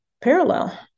parallel